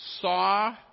saw